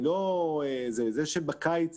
זה שבקיץ